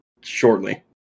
shortly